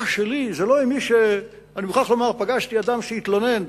אני מוכרח לומר שפגשתי אדם שהתלונן,